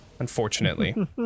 Unfortunately